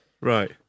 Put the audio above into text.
Right